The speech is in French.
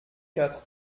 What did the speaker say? quatre